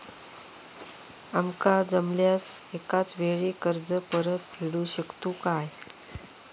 आमका जमल्यास एकाच वेळी कर्ज परत फेडू शकतू काय?